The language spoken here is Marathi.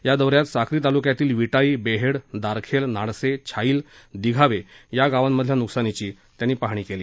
या दौऱ्यात साक्री तालुक्यातील विटाई बेहेड दारखेल नाडसे छाईल दिघावे या गावांमधल्या नुकसानीची पाहणी झाली